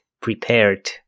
prepared